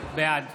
בעד